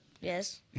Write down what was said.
Yes